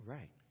Right